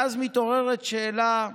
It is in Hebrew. ואז מתעוררת שאלה,